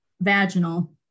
vaginal